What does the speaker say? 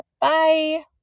Bye